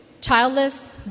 childless